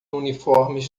uniformes